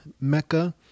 Mecca